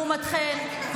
לעומתכם,